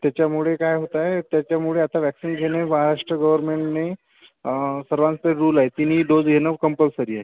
त्याच्यामुळे काय होत आहे त्याच्यामुळे आता व्हॅक्सिन घेणे महाराष्ट्र गव्हर्नमेंटने सर्वांचा रूल आहे तिन्ही डॉस घेणं कंपल्सरी आहे